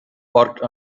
parked